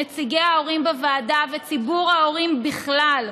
נציגי ההורים בוועדה וציבור ההורים בכלל,